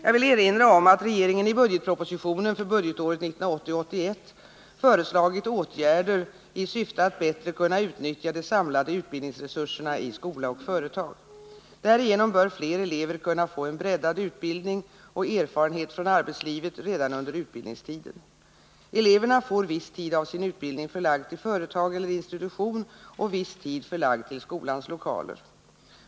Jag vill erinra om att regeringen i budgetpropositionen för budgetåret 1980/81 föreslagit åtgärder i syfte att bättre kunna utnyttja de samlade utbildningsresurserna i skola och företag. Därigenom bör fler elever kunna få en breddad utbildning och erfarenhet från arbetslivet redan under utbildningstiden. Eleverna får viss tid av sin utbildning förlagd till företag eller institution och viss tid förlagd till skolans lokaler.